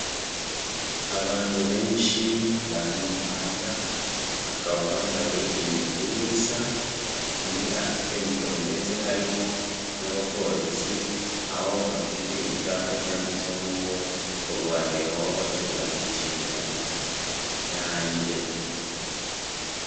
Abantu benshi bari mu muhanda, bakaba bambaye imipira isa, umwe afite mikoro, ndetse harimo n'abapolisi, aho bafite icyapa cyanditseho ngo: Kurwanya ihohoterwa ni inshingano yanjye.